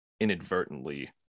inadvertently